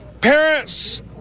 parents